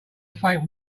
faint